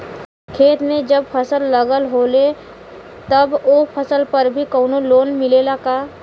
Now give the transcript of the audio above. खेत में जब फसल लगल होले तब ओ फसल पर भी कौनो लोन मिलेला का?